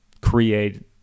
create